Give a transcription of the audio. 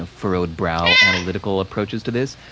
ah furrowed-brow, analytical approaches to this.